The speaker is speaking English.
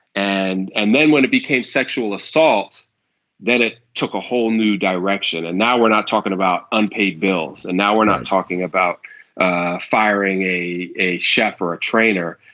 and and then when it became sexual assault then it took a whole new direction and now we're not talking about unpaid bills and now we're not talking about ah firing a a chef or a trainer.